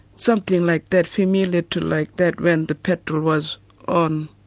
something like that, familiar to like that when the petrol was on,